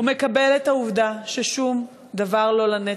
ומקבל את העובדה ששום דבר לא לנצח.